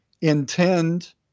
intend